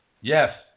Yes